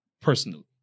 Personally